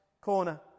corner